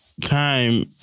time